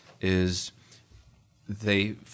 is—they